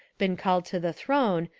been called to the throne,